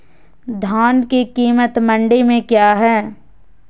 धान के कीमत मंडी में क्या है?